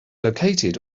located